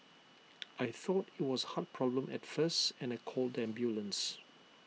I thought IT was A heart problem at first and I called the ambulance